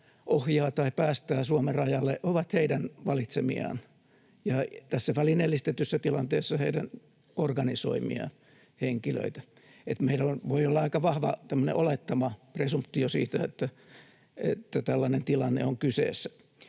ohjaa tai päästää Suomen rajalle, ovat heidän valitsemiaan ja tässä välineellistetyssä tilanteessa heidän organisoimiaan henkilöitä. Meillä voi olla tämmöinen aika vahva olettama, presumptio siitä, että tällainen tilanne on kyseessä.